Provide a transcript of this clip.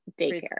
daycare